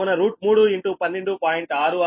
కావున 312